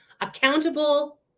Accountable